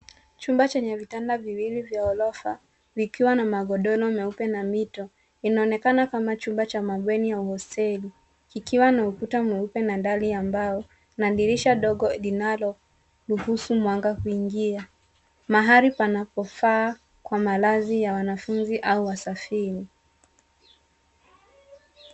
Chumba chenye vitanda viwili vya ghorofa, vikiwa na magodoro meupe na mito. Inaonekana kama chumba cha mabweni ya hosteli, kikiwa na ukuta mweupe na dari ya mbao na dirisha ndogo linaloruhusu mwanga kuingia. Mahali panapofaa kwa malazi ya wanafunzi au wasafiri.